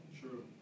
True